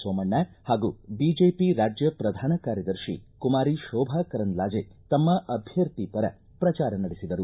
ಸೋಮಣ್ಣ ಹಾಗೂ ಬಿಜೆಪಿ ರಾಜ್ಯ ಪ್ರಧಾನ ಕಾರ್ಯದರ್ಶಿ ಕುಮಾರಿ ಶೋಭಾ ಕರಂದ್ಲಾಜೆ ತಮ್ಮ ಅಭ್ಯರ್ಥಿಪರ ಪ್ರಚಾರ ನಡೆಸಿದರು